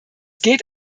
geht